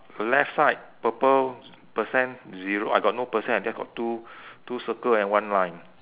left side purple percent zero I got no percent I just got two two circle and one line